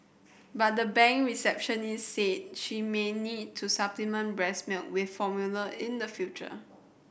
but the bank receptionist said she may need to supplement breast milk with formula in the future